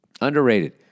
underrated